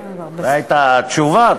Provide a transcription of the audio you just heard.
זו הייתה התשובה.